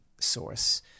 source